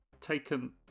taken